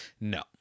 No